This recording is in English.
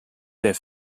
their